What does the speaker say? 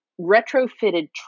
retrofitted